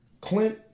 Clint